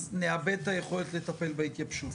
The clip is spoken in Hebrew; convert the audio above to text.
אז נאבד את היכולת לטפל בהתייבשות.